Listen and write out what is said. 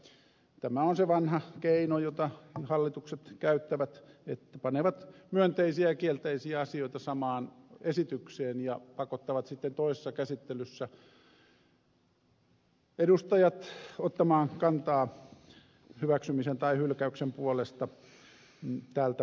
mutta tämä on se vanha keino jota hallitukset käyttävät että panevat myönteisiä ja kielteisiä asioita samaan esitykseen ja pakottavat sitten toisessa käsittelyssä edustajat ottamaan kantaa hyväksymisen tai hylkäyksen puolesta tältä pohjalta